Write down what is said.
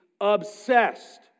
obsessed